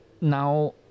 Now